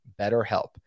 BetterHelp